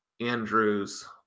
Andrews